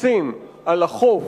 מקסים על החוף